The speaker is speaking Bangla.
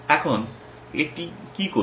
এখন এটা কি করছে